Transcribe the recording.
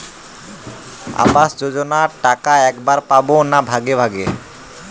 আবাস যোজনা টাকা একবারে পাব না ভাগে ভাগে?